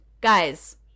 Guys